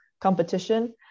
competition